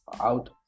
Out